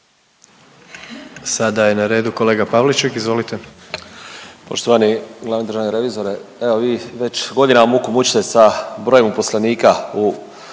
Marijan (Hrvatski suverenisti)** Poštovani glavni državni revizore, evo vi već godinama muku mučite sa brojem uposlenika u vašoj